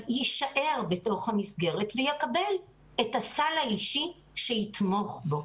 אז הוא יישאר בתוך המסגרת ויקבל את הסל האישי שיתמוך בו.